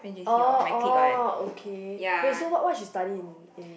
oh oh okay wait so what what she study in in